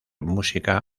música